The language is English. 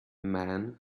man